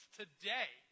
today